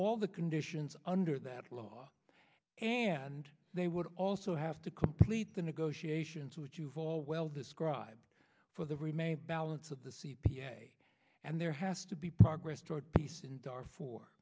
all the conditions under that law and they would also have to complete the negotiations which you've all well described for the remaining balance of the c p a and there has to be progress